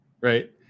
right